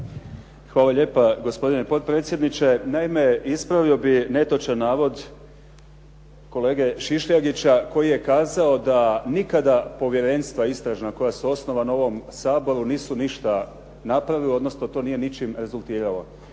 Hvala lijepa gospodine potpredsjedniče, naime ispravio bih netočan navod kolege Šišljagića koji je kazao da nikada povjerenstva istražna koja su osnovana u ovom Saboru nisu ništa napravili, odnosno to nije ničime rezultiralo.